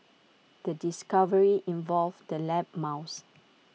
the discovery involved the lab mouse